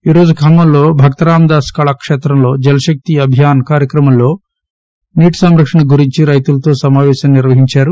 ఈ రోజు ఖమ్మంలోని భక్త రామదాసు కళా కేత్రంలో జలశక్తి అభియాస్ కార్యక్రమం లో భాగంగా నీటి సంరక్షణ గురించి రైతులతో సమాపేశం నిర్వహించారు